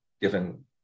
given